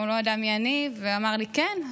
הוא לא יודע מי אני, ואמר לי, כן.